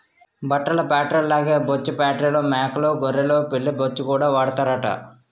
బట్టల ఫేట్రీల్లాగే బొచ్చు ఫేట్రీల్లో మేకలూ గొర్రెలు పిల్లి బొచ్చుకూడా వాడతారట